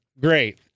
Great